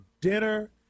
dinner